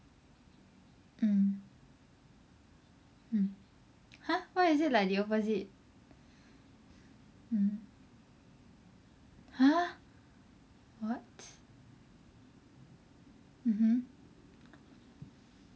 mm mm !huh! why is it like the opposite mm !huh! what mmhmm